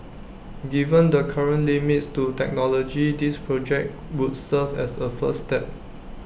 given the current limits to technology this project would serve as A first step